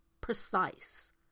precise